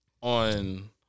On